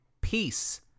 peace